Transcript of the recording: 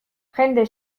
jende